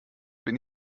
bin